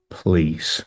please